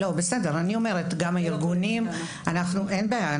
בסדר, גם הארגונים, אין בעיה.